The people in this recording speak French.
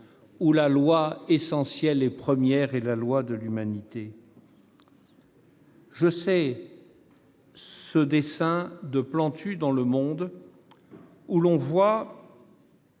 où la loi essentielle et première est celle de l'humanité. Je songe à ce dessin de Plantu dans où l'on voit